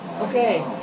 Okay